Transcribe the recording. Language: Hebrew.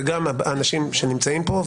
וגם האנשים שנמצאים פה,